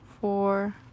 four